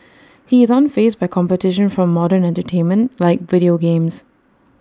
he is unfazed by competition from modern entertainment like video games